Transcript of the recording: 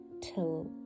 till